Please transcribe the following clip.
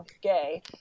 gay